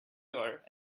door